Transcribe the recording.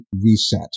reset